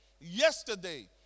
yesterday